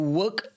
work